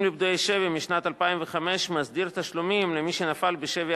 משנת 2005 מסדיר תשלומים למי שנפל בשבי